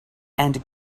and